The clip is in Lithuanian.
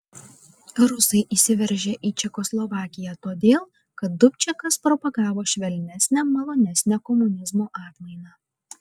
rusai įsiveržė į čekoslovakiją todėl kad dubčekas propagavo švelnesnę malonesnę komunizmo atmainą